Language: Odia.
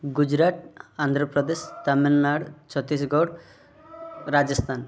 ଗୁଜୁରାଟ ଆନ୍ଧ୍ରପ୍ରଦେଶ ତାମିଲନାଡ଼ୁ ଛତିଶଗଡ଼ ରାଜସ୍ଥାନ